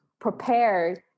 prepared